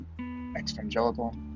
Exvangelical